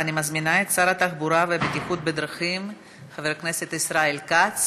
ואני מזמינה את שר התחבורה והבטיחות בדרכים חבר הכנסת ישראל כץ